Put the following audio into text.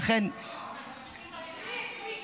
ולכן --- הוא מקריא את מי